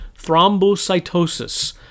thrombocytosis